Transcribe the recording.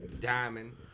diamond